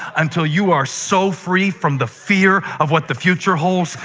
until you are so free from the fear of what the future holds,